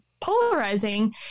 polarizing